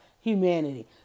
humanity